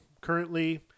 currently